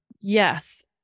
Yes